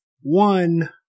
one